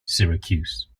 syracuse